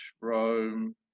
Rome